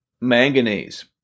manganese